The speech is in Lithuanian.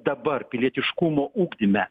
dabar pilietiškumo ugdyme